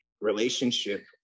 relationship